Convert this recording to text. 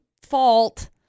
fault